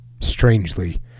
strangely